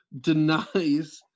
denies